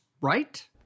right